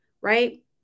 right